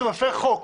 הוא מפר חוק.